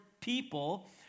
people